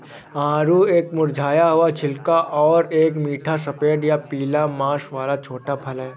आड़ू एक मुरझाया हुआ छिलका और एक मीठा सफेद या पीला मांस वाला छोटा फल है